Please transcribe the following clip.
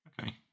Okay